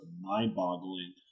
Mind-boggling